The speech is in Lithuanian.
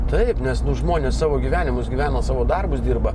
taip nes žmonės savo gyvenimus gyvena savo darbus dirba